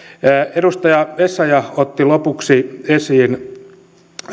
edustaja essayah otti lopuksi esiin